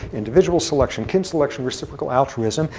individual selection, kin selection, reciprocal altruism,